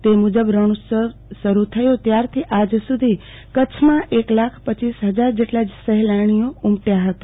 તે મુજબ રણોત્સવ શરૂ થયો ત્યારથી આજ સુધી કચ્છમાં એક લાખ રપ હજાર જેટલા સહેલાણીઓ ઉમટયા હતા